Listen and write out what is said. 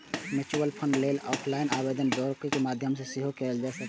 mutual fund लेल offline आवेदन broker के माध्यम सं सेहो कैल जा सकैए